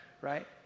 right